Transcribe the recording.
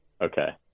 Okay